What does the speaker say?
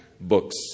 books